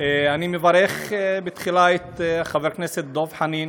אני מברך תחילה את חבר הכנסת דב חנין,